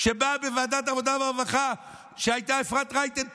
כשבאו לוועדת העבודה והרווחה כשהייתה אפרת רייטן,